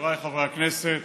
חבריי חברי הכנסת